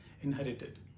inherited